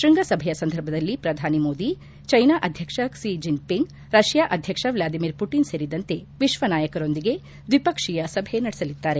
ಶೃಂಗಸಭೆಯ ಸಂದರ್ಭದಲ್ಲಿ ಪ್ರಧಾನಿ ಮೋದಿ ಚೈನಾ ಅಧ್ಯಕ್ಷ ಕ್ಲಿ ಜಿನ್ ಒಂಗ್ ರಷ್ಣಾ ಅಧ್ಯಕ್ಷ ವ್ಲಾಡಿಮಿರ್ ಪುಟನ್ ಸೇರಿದಂತೆ ವಿಶ್ವ ನಾಯಕರೊಂದಿಗೆ ದ್ವಿಪಕ್ಷೀಯ ಸಭೆ ನಡೆಸಲಿದ್ದಾರೆ